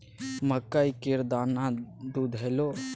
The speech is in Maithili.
मकइ केर दाना दुधेलौ?